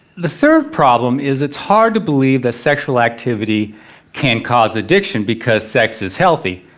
the third problem is it's hard to believe that sexual activity can cause addiction because sex is healthy.